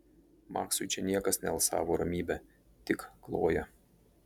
maksui čia niekas nealsavo ramybe tik kloja